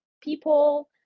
people